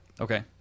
okay